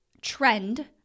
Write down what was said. trend